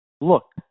look